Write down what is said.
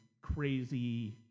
crazy